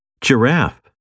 Giraffe